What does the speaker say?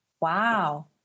Wow